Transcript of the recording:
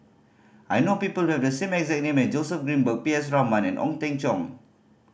I know people who have the same exact name as Joseph Grimberg P S Raman and Ong Teng Cheong